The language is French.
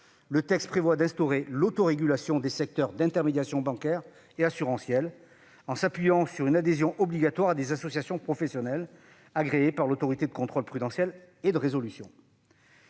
le texte prévoit d'instaurer l'autorégulation des secteurs d'intermédiation bancaire et assurantielle, en s'appuyant sur une adhésion obligatoire à des associations professionnelles, agréées par l'Autorité de contrôle prudentiel et de résolution.